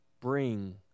bring